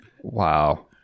Wow